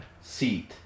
seat